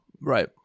right